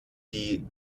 die